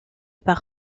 par